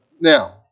Now